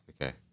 Okay